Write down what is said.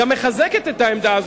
גם מחזקת את העמדה הזאת,